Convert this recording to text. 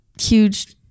huge